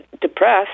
depressed